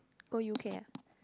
oh you care